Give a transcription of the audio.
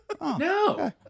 No